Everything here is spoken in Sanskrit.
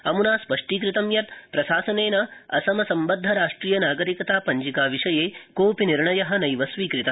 अम्ना स्पष्टीकृतं च यत सप्रशासनेन असम सम्बदध राष्ट्रियनागरिकता पञ्जिका विषये कोजपि निर्णय नैव स्वीकृत